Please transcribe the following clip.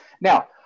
now